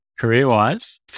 career-wise